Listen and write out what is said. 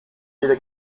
jede